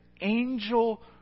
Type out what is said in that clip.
angel